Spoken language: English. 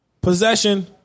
Possession